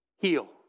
Heal